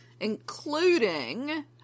including